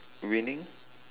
winning